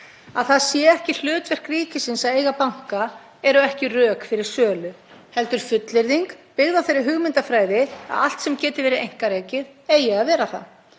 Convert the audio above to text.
Að það sé ekki hlutverk ríkisins að eiga banka, eru ekki rök fyrir sölu heldur fullyrðing byggð á þeirri hugmyndafræði að allt sem geti verið einkarekið eigi að vera það.